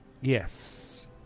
Yes